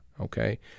okay